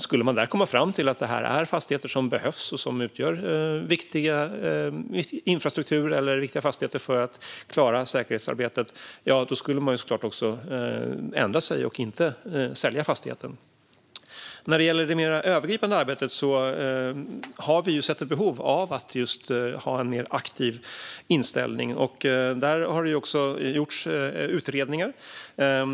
Skulle de komma fram till att det är en fastighet som behövs, till exempel viktig infrastruktur eller en viktig fastighet för att vi ska klara säkerhetsarbetet, ska man såklart ändra sig och inte sälja fastigheten. När det gäller det mer övergripande arbetet har vi sett ett behov av en mer aktiv inställning. Där har det också gjorts utredningar.